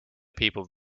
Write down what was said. people